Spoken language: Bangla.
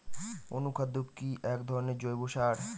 অনুখাদ্য কি এক ধরনের জৈব সার?